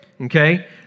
Okay